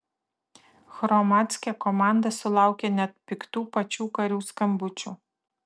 hromadske komanda sulaukė net piktų pačių karių skambučių